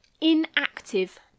inactive